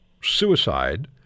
suicide